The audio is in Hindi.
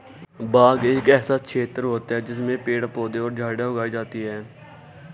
बाग एक ऐसा क्षेत्र होता है जिसमें पेड़ पौधे और झाड़ियां उगाई जाती हैं